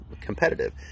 competitive